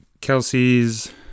kelsey's